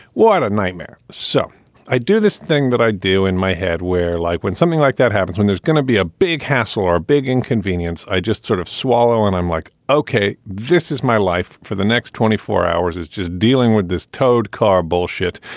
what a nightmare. so i do this thing that i do in my head where like when something like that happens, when there's gonna be a big hassle or big inconvenience, i just sort of swallow and i'm like, okay, this is my life for the next twenty four hours is just dealing with this towed car bullshit.